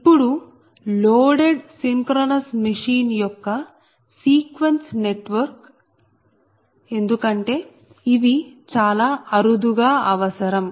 ఇప్పుడు loaded synchronous machine యొక్క sequence network ఎందుకంటే ఇవి చాలా అరుదుగా అవసరం